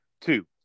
Two